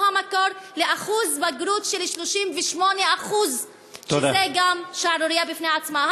הוא המקור לאחוז בגרות של 38% שגם זו שערורייה בפני עצמה.